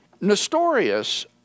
Nestorius